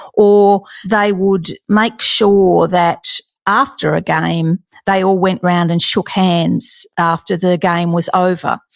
or, they would make sure that after a game they all went round and shook hands after the game was over.